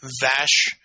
Vash